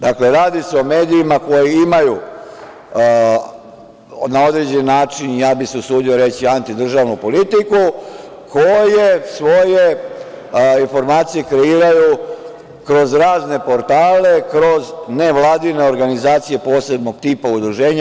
Dakle, radi se o medijima koji imaju na određen način, ja bih se usudio reći, antidržavnu politiku, koje svoje informacije kreiraju kroz razne portale, kroz nevladine organizacije, posebno tipa udruženja.